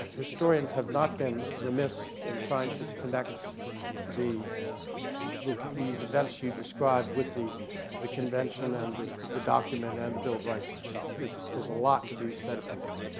historians have not been remiss in trying to connect the the events you describe with the the convention and the the document and the bill of rights itself. there's there's a lot to be said about that.